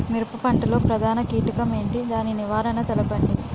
మిరప పంట లో ప్రధాన కీటకం ఏంటి? దాని నివారణ తెలపండి?